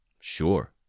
Sure